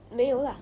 没有啦